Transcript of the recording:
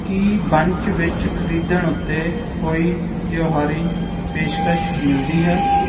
ਕੀ bunch ਵਿੱਚ ਖ਼ਰੀਦਣ ਉੱਤੇ ਕੋਈ ਤਿਉਹਾਰੀ ਪੇਸ਼ਕਸ਼ ਮਿਲਦੀ ਹੈ